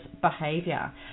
behavior